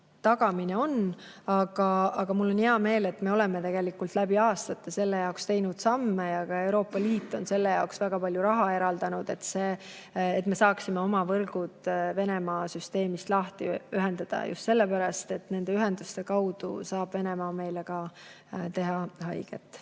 tagame. Aga mul on hea meel, et me oleme tegelikult läbi aastate selle nimel samme teinud ja ka Euroopa Liit on väga palju raha eraldanud, et me saaksime oma võrgud Venemaa süsteemist lahti ühendada. Just sellepärast, et nende ühenduste kaudu saab Venemaa meile haiget